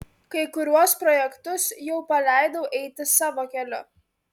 kai kuriuos projektus jau paleidau eiti savo keliu